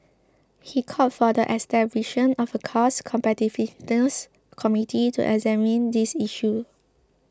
he called for the establishing of a cost competitiveness committee to examine these issues